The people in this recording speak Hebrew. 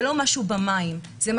זה משהו ממסדי,